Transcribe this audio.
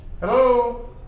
Hello